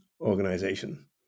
organization